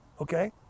okay